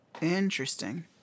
interesting